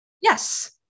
Yes